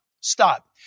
stop